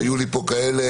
והיו לי פה חברי כנסת